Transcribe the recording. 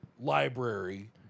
library